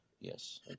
Yes